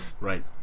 right